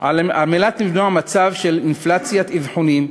על מנת למנוע מצב של אינפלציית אבחונים,